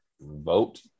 Vote